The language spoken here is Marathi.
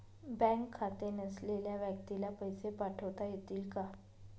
बँक खाते नसलेल्या व्यक्तीला पैसे पाठवता येतील का?